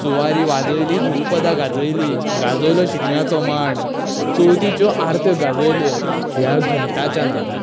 सुवारीं वाजयलीं दुलपदां गाजयलीं गाजयलो शिगम्याचो मांड चवथीच्यो आरत्यो गाजयल्यो ह्या घुमटाच्या नादार